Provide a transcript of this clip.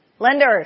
Lenders